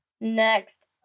Next